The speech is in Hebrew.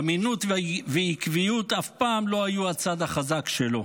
אמינות ועקביות אף פעם לא היו הצד החזק שלו.